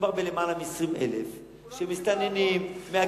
מדובר ביותר מ-20,000 שמסתננים, כולם רוצים לעבוד.